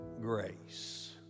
grace